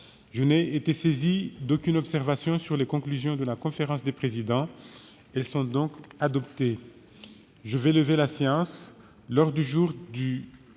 Je n'ai été saisi d'aucune observation sur les conclusions de la conférence des présidents. Elles sont donc adoptées. Voici quel sera l'ordre du jour de